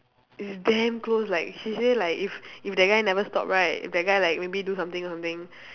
it's damn close like she say like if if that guy never stop right if that guy like maybe do something something